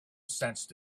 sensed